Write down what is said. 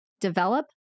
develop